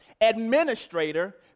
administrator